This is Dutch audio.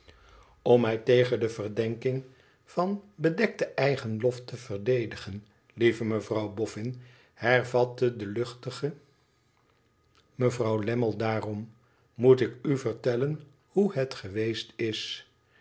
om mij tegen de verdenking van bedekten eigen lof te verdedigen lieve mevrouw boffin hervatte de hkhtige mevrouw lammie daarom moet fk u vertellen hoe het geweest is